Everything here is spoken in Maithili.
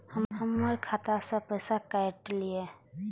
हमर खाता से पैसा काट लिए?